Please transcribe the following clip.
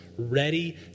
ready